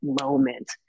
moment